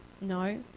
No